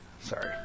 Sorry